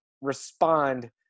respond